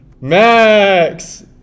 Max